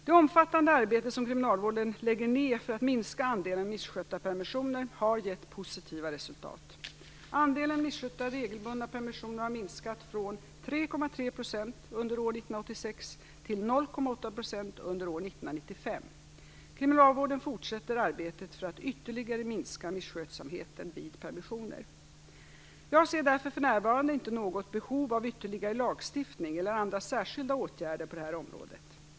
Det omfattande arbete som kriminalvården lägger ned för att minska andelen misskötta permissioner har gett positiva resultat. Andelen misskötta regelbundna permissioner har minskat från 3,3 % under år 1986 till Jag ser därför för närvarande inte något behov av ytterligare lagstiftning eller andra särskilda åtgärder på detta område.